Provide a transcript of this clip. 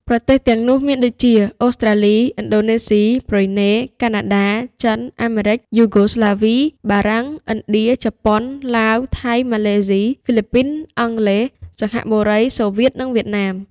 ប្រទេសទាំងនោះមានដូចជា អូស្ត្រាលី ឥណ្ឌូនេស៊ី ប៊្រុយណេ កាណាដា ចិន អាមេរិក យូហ្គោស្លាវី បារាំង ឥណ្ឌា ជប៉ុន ឡាវ ថៃ ម៉ាឡេស៊ី ហ្វីលីពីន អង់គ្លេស សិង្ហបុរី សូវៀត និងវៀតណាម។